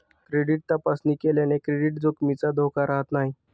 credit तपासणी केल्याने credit जोखमीचा धोका राहत नाही